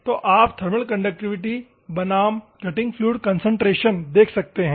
तो आप thermal conductivity बनाम कटिंग फ्लूइड कंसंट्रेशन देख सकते हैं